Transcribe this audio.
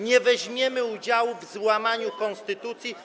Nie weźmiemy udziału w złamaniu konstytucji.